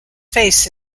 face